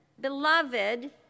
beloved